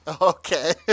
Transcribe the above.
Okay